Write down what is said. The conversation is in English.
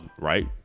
right